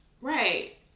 Right